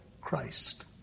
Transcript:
Christ